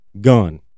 gun